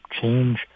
change